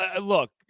look